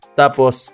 tapos